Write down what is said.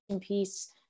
piece